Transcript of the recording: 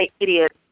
idiot